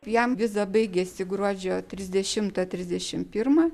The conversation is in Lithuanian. jam viza baigiasi gruodžio trisdešimą trisdešim pirmą